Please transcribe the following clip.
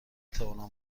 توانم